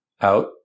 out